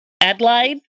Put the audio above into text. Adelaide